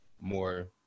more